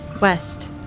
West